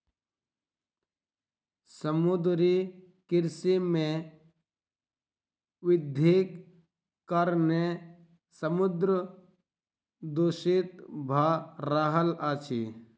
समुद्रीय कृषि मे वृद्धिक कारणेँ समुद्र दूषित भ रहल अछि